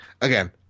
Again